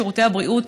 שירותי הבריאות,